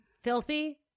filthy